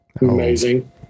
amazing